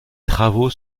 travaux